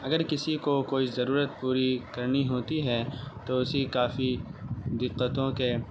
اگر کسی کو کوئی ضرورت پوری کرنی ہوتی ہے تو اسی کافی دقتوں کے